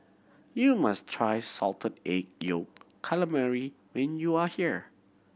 you must try Salted Egg Yolk Calamari when you are here